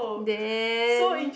then